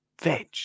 veg